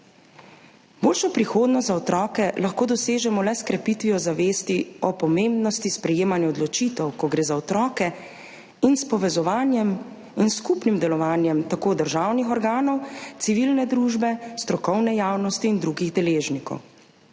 Boljšo prihodnost za otroke lahko dosežemo le s krepitvijo zavesti o pomembnosti sprejemanja odločitev, ko gre za otroke, in s povezovanjem in skupnim delovanjem tako državnih organov, civilne družbe, strokovne javnosti in drugih deležnikov.